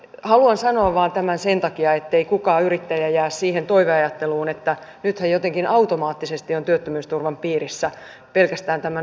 haluan sanoa tämän vain sen takia ettei kukaan yrittäjä jää siihen toiveajatteluun että nyt hän jotenkin automaattisesti on työttömyysturvan piirissä pelkästään tämän uuden lain myötä